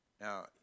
Now